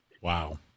Wow